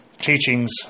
teachings